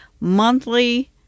monthly